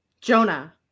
Jonah